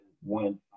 One